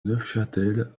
neufchâtel